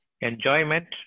Enjoyment